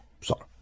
sorry